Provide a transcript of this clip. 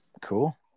Cool